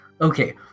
Okay